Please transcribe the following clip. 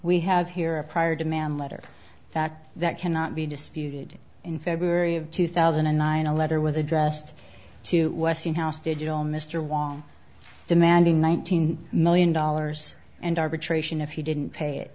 we have here a prior demand letter fact that cannot be disputed in february of two thousand and nine a letter was addressed to western house digital mr wong demanding one thousand million dollars and arbitration if he didn't pay it